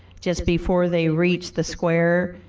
just before they reached the square,